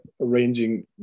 arranging